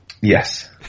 Yes